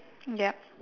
ya